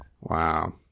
Wow